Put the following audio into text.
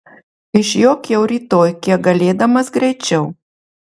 išjok jau rytoj kiek galėdamas greičiau